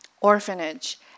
orphanage